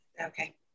Okay